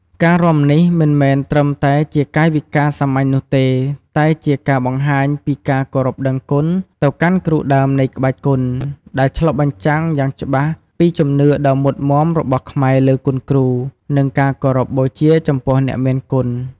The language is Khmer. ការរាំនេះមិនមែនត្រឹមតែជាកាយវិការសាមញ្ញនោះទេ តែជាការបង្ហាញពី ការគោរពដឹងគុណ ទៅកាន់គ្រូដើមនៃក្បាច់គុន ដែលឆ្លុះបញ្ចាំងយ៉ាងច្បាស់ពី ជំនឿដ៏មុតមាំរបស់ខ្មែរលើគុណគ្រូ និងការគោរពបូជាចំពោះអ្នកមានគុណ។